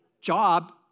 job